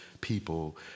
people